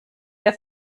der